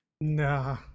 Nah